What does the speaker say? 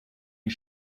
you